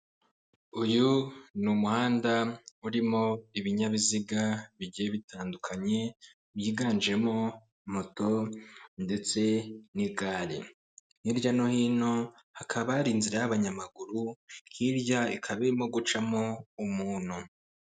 Uyu ni umuhanda urimo ibinyabiziga bigiye bitandukanye byiganjemo moto ndetse n'igare hirya no hino hakaba hari inzira y'abanyamaguru hirya ikaba irimo gucamo umuntu.